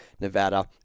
Nevada